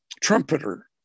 Trumpeter